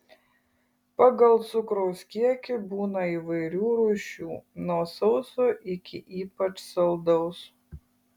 pagal cukraus kiekį būna įvairių rūšių nuo sauso iki ypač saldaus